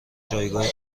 جایگاه